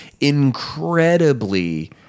incredibly